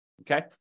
okay